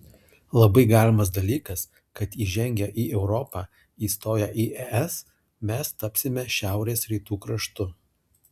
labai galimas dalykas kad įžengę į europą įstoję į es mes tapsime šiaurės rytų kraštu